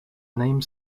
name